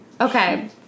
okay